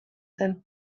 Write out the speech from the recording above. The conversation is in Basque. zen